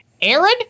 Aaron